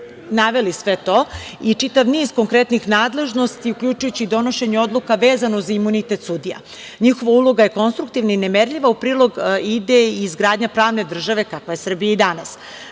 naveli sve to i čitav niz konkretnih nadležnosti, uključujući i donošenje odluka vezano za imunitet sudija. Njihova uloga je konstruktivna i nemerljiva. U prilog ide i izgradnja pravne države kakva je Srbija danas. Možemo